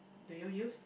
do you use